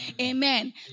Amen